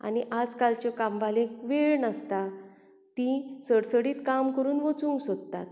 आनी आजकालच्यो कामवालीक वेळ नासता तीं सडसडीत काम करून वचूंक सोदतात